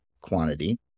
quantity